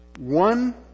One